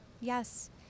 yes